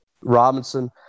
Robinson